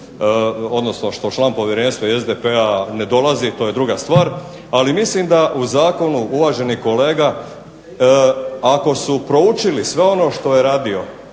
stvar što član povjerenstva SDP-a ne dolazi to je druga stvar. ali mislim da u zakonu uvaženi kolega, ako su proučili sve ono što je radio,